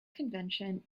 convention